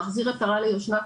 להחזיר עטרה ליושנה,